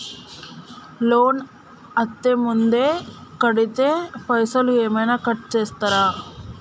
Loan అత్తే ముందే కడితే పైసలు ఏమైనా కట్ చేస్తరా?